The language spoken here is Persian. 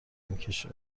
میکشه